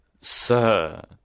Sir